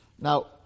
Now